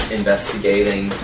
investigating